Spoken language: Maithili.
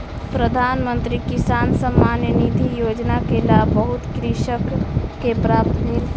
प्रधान मंत्री किसान सम्मान निधि योजना के लाभ बहुत कृषक के प्राप्त भेल